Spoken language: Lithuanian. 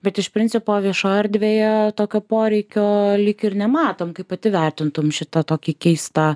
bet iš principo viešoj erdvėje tokio poreikio lyg ir nematom kaip pati vertintum šitą tokį keistą